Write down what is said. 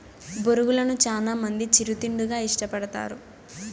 బొరుగులను చానా మంది చిరు తిండిగా ఇష్టపడతారు